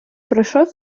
прийшов